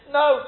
no